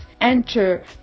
enter